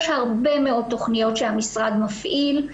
יש הרבה מאוד תכניות שהמשרד מפעיל,